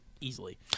easily